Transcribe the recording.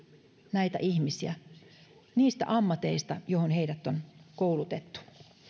näitä ihmisiä niistä ammateista joihin heidät on koulutettu